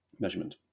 measurement